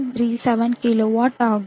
37 kilowatt ஆகும்